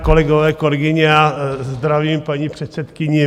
Kolegové, kolegyně, zdravím paní předsedkyni.